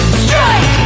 strike